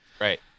right